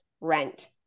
rent